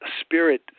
spirit